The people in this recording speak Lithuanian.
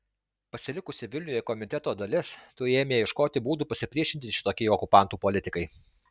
pasilikusi vilniuje komiteto dalis tuoj ėmė ieškoti būdų pasipriešinti šitokiai okupantų politikai